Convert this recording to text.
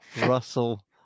Russell